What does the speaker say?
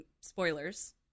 spoilers